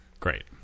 Great